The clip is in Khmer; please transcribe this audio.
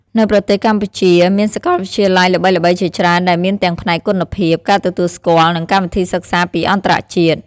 នៅប្រទេសកម្ពុជាមានសាកលវិទ្យាល័យល្បីៗជាច្រើនដែលមានទាំងផ្នែកគុណភាព ការទទួលស្គាល់ និងកម្មវិធីសិក្សាពីអន្តរជាតិ។